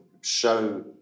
show